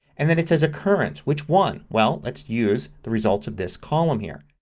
and then it says occurrence. which one? well, let's use the results of this column here.